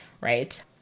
right